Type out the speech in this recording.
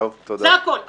זה הכול.